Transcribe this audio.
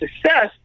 success